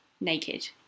naked